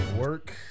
work